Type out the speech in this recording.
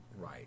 Right